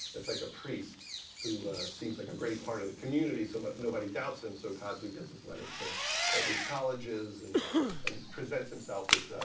it's like a priest who seems like a great part of the community so but nobody doubts him, so cosby gives his money to all these colleges and and presents himself as